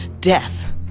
Death